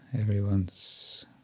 everyone's